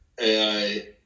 AI